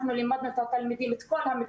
אנחנו לימדנו את התלמידים את כל המקצועות